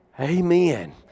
Amen